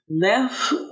left